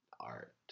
art